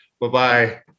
Bye-bye